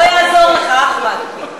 לא יעזור לך, אחמד.